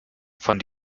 von